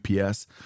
UPS